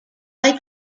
like